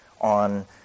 on